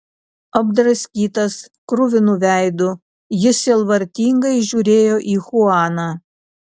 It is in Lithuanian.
apdraskytas kruvinu veidu jis sielvartingai žiūrėjo į chuaną